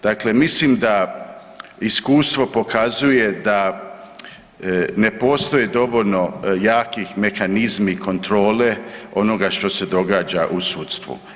Dakle, mislim da iskustvo pokazuje da ne postoje dovoljno jaki mehanizmi kontrole onoga što se događa u sudstvu.